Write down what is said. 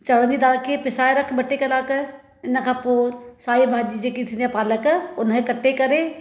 चणण जी दालि खे पिसाए रख ॿ टे कलाक इन खां पोइ साई भाॼी जेकी थींदी आहे पालक उन खे कटे करे